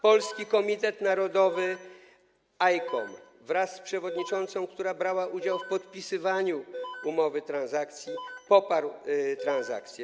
Polski Komitet Narodowy ICOM wraz z przewodniczącą, która brała udział w podpisywaniu umowy transakcji, poparł transakcję.